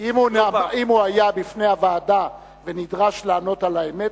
אם הוא היה בפני הוועדה ונדרש לענות על האמת,